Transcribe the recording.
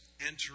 enter